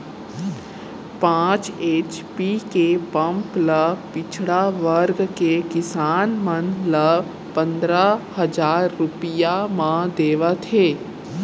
पांच एच.पी के पंप ल पिछड़ा वर्ग के किसान मन ल पंदरा हजार रूपिया म देवत हे